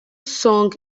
song